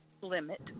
limit